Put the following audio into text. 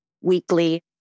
weekly